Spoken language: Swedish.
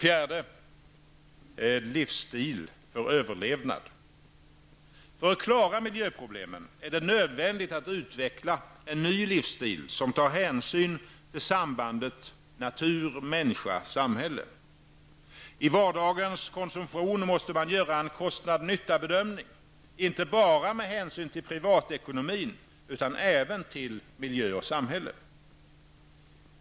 För att klara miljöproblemen är det nödvändigt att utveckla en ny livsstil som tar hänsyn till sambandet natur-människa-samhälle. I vardagens konsumtion måste man göra en kostnad-nytta-bedömning, inte bara med hänsyn till privatekonomin utan även till miljö och samhälle.